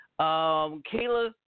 Kayla